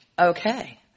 okay